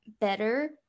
better